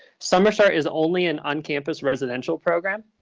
summer start is only an on-campus residential program.